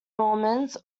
normans